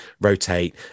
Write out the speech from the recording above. rotate